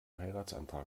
heiratsantrag